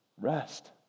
rest